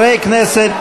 הכנסת,